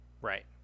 Right